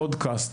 פודקסט,